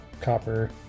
Copper